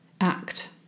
act